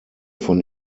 von